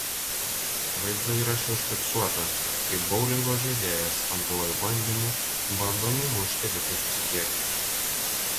vaizdo įraše užfiksuota kaip boulingo žaidėjas antruoju bandymu bando numušti likusius kėglius